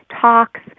talks